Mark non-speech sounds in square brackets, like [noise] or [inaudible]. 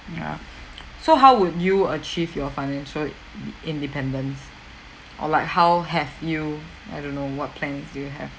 ya [noise] so how would you achieve your financial i~ independence or like how have you I don't know what plans do you have